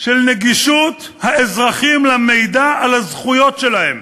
של נגישות האזרחים למידע על הזכויות שלהם,